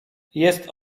jest